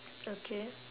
okay